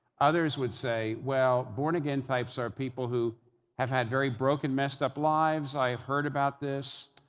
others would say, well, born-again types are people who have had very broken, messed-up lives, i have heard about this.